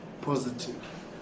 positive